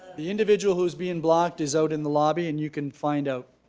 the individual who is being blocked is out in the lobby and you can find out.